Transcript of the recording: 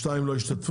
הצבעה 2 לא השתתפו.